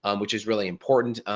um which is really important.